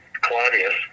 Claudius